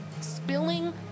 spilling